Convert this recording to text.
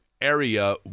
Area